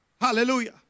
Hallelujah